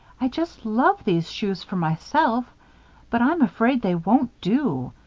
i just love these shoes for myself but i'm afraid they won't do.